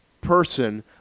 person